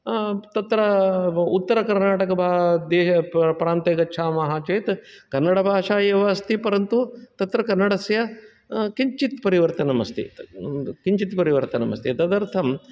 तत्र उत्तरकनार्टक देशे प्रान्ते गच्छामः चेत् कन्नडभाषा एव अस्ति परन्तु तत्र कन्नडस्य किञ्चित् परिवर्तनम् अस्ति किञ्चित् परिवर्तनम् अस्ति तदर्थं